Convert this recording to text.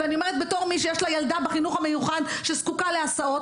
ואני אומרת את זה בתור מי שיש לה ילדה בחינוך המיוחד שזקוקה להסעות,